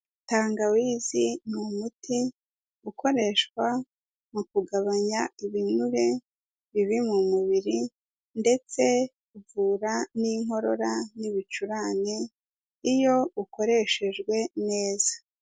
Tangawizi ni umuti ukoreshwa mu kugabanya ibinure birii mu mubiri ndetse uvura n'inkorora n'ibicurane, iyo ukoreshejwe neza.